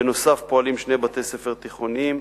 בנוסף, פועלים שני בתי-ספר תיכוניים,